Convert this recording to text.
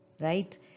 Right